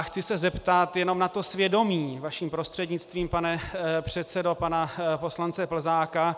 A chci se zeptat jenom na to svědomí, vaším prostřednictvím, pane předsedo, pana poslance Plzáka.